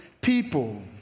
people